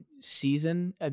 season